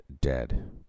Dead